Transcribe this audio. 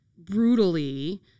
brutally